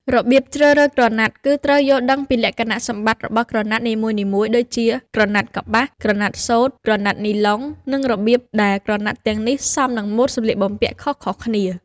របៀបជ្រើសរើសក្រណាត់ គឺត្រូវយល់ដឹងពីលក្ខណៈសម្បត្តិរបស់ក្រណាត់នីមួយៗ ដូចជា ក្រណាត់កប្បាស ក្រណាត់សូត្រ ក្រណាត់នីឡុង និងរបៀបដែលក្រណាត់ទាំងនេះសមនឹងម៉ូដសម្លៀកបំពាក់ខុសៗគ្នា។